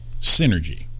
Synergy